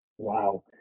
Wow